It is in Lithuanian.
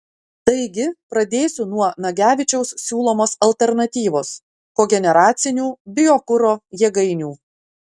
taigi pradėsiu nuo nagevičiaus siūlomos alternatyvos kogeneracinių biokuro jėgainių